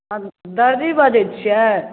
hello दर्जी बजैत छियै